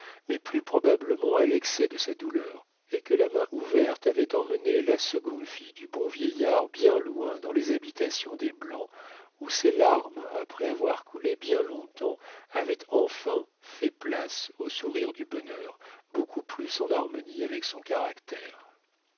mais plus probablement à l'excès de sa douleur et que la main ouverte avait emmené la seconde fille du bon vieillard bien loin dans les habitations des blancs où ses larmes après avoir coulé bien longtemps avaient enfin fait place au sourire du bonheur beaucoup plus en harmonie avec son caractère